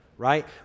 Right